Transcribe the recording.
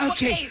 Okay